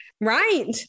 Right